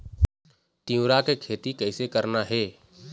तिऊरा के खेती कइसे करना हे?